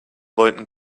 wollten